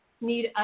need